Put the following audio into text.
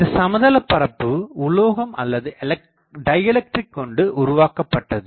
இந்தச் சமதளப்பரப்பு உலோகம் அல்லது டைஎலக்ட்ரிக் கொண்டு உருவாக்கப்பட்டது